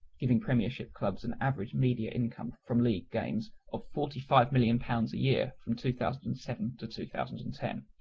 giving premiership clubs an average media income from league games of forty five million pounds a year from two thousand and seven to two thousand and ten.